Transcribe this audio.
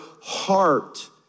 heart